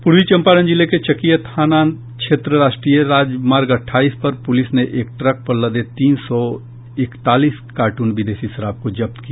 पूर्वी चंपारण जिले के चकिया थाना क्षेत्र अंतर्गत राष्ट्रीय राजमार्ग संख्या अठाईस पर पुलिस ने एक ट्रक पर लदे तीन सौ इकतालीस कार्टन विदेशी शराब को जब्त किया